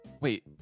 wait